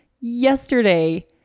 yesterday